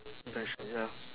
bench ya